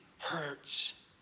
hurts